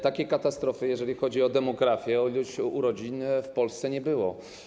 Takiej katastrofy, jeżeli chodzi o demografię, jeszcze w Polsce nie było.